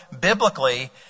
biblically